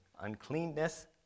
...uncleanness